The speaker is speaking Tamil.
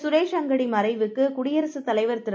சுரேஷ்அங்கடிமறைவுக்குகுடியரசுதலைவர்திரு